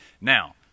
Now